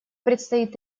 предстоит